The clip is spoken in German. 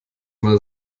mal